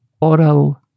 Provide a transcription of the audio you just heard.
oral